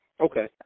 Okay